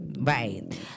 Right